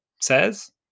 says